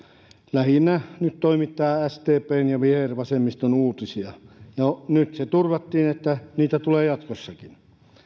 lähinnä nyt toimittaa sdpn ja vihervasemmiston uutisia ja nyt se turvattiin että niitä tulee jatkossakin